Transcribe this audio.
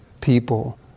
people